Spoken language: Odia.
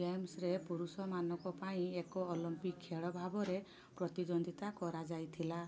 ଗେମ୍ସରେ ପୁରୁଷମାନଙ୍କ ପାଇଁ ଏକ ଅଲମ୍ପିକ୍ ଖେଳ ଭାବରେ ପ୍ରତିଦ୍ୱନ୍ଦ୍ୱିତା କରାଯାଇଥିଲା